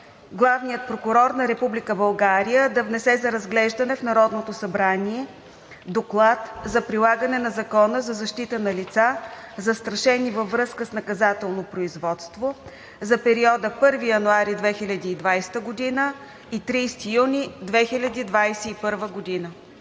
Главният прокурор на Република България да внесе за разглеждане в Народното събрание доклад за прилагане на Закона за защита на лица, застрашени във връзка с наказателното производство (ЗЛЗВНП) за периода 1 януари 2020 г. – 30 юни 2021 г.“